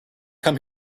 come